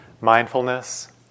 Mindfulness